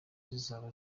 zizaba